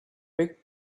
big